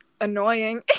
annoying